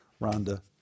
Rhonda